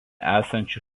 esančių